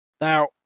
Now